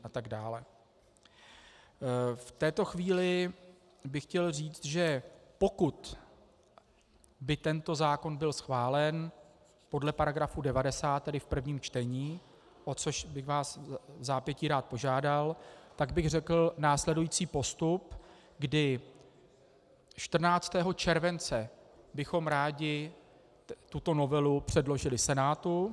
V této chvíli bych chtěl říct, že pokud by tento zákon byl schválen podle § 90, tedy v prvním čtení, o což bych vás vzápětí rád požádal, tak bych řekl následující postup, kdy 14. července bychom rádi tuto novelu předložili Senátu.